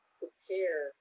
prepare